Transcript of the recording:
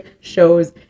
shows